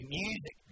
music